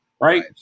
right